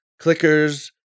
clickers